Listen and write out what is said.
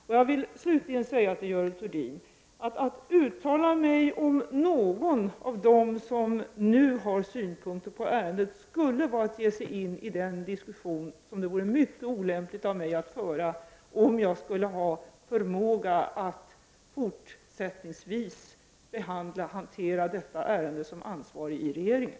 Slutligen vill jag säga följande till Görel Thurdin: Att uttala sig om någon av dem som nu har synpunkter på ärendet skulle vara att ge sig in i en diskussion som det vore mycket olämpligt av mig att föra, om jag skall ha förmågan att fortsättningsvis hantera detta ärende som ansvarig i regeringen.